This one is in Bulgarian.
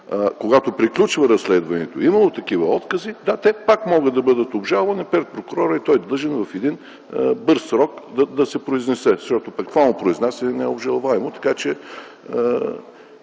когато приключва разследването и е имало такива откази, да, те пак биха могли да бъдат обжалвани пред прокурора и той е длъжен в бърз срок да се произнесе, защото това му произнасяне не е обжалваемо.